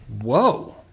Whoa